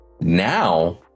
Now